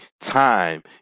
time